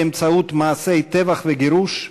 באמצעות מעשי טבח וגירוש,